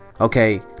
okay